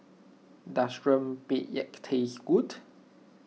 does Rempeyek taste good